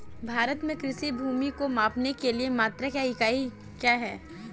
भारत में कृषि भूमि को मापने के लिए मात्रक या इकाई क्या है?